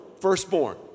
firstborn